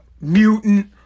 mutant